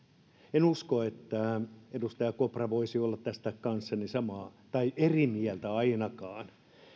en usko että edustaja kopra voisi olla tästä kanssani eri mieltä ainakaan